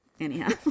Anyhow